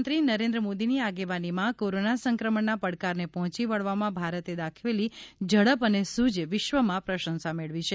પ્રધાનમંત્રી નરેન્દ્ર મોદીની આગેવાનીમાં કોરોના સંક્રમણના પડકારને પહોચી વળવામાં ભારતે દાખવેલી ઝડપ અને સૂઝે વિશ્વમાં પ્રશંસા મેળવી છે